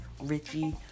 Richie